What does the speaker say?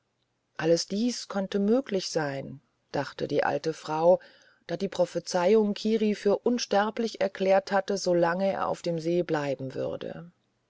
alles dieses konnte möglich sein dachte die alte frau da die prophezeiung kiri für unsterblich erklärt hatte so lange er auf dem see bleiben würde